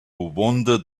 wander